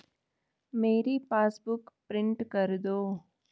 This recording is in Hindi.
मेरी पासबुक प्रिंट कर दो